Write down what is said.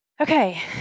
Okay